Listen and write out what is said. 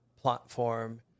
platform